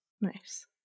Nice